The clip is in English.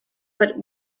but